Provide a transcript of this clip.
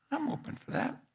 i'm open for that.